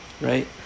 right